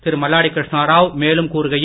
திரு மல்லாடி கிருஷ்ணராவ் மேலும் கூறுகையில்